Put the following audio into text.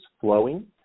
flowing